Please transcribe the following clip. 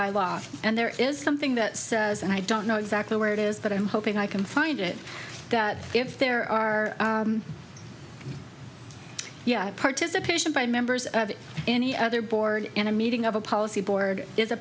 by law and there is something that says and i don't know exactly where it is but i'm hoping i can find it that if there are participation by members of any other board in a meeting of a policy board